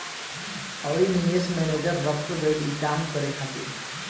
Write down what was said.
अउरी निवेश मैनेजर रखल गईल ई काम करे खातिर